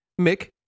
Mick